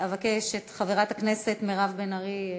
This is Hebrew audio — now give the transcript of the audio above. אבקש את חברת הכנסת מירב בן ארי לבוא.